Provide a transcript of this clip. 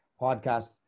podcast